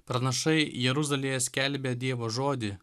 pranašai jeruzalėje skelbė dievo žodį